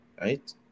Right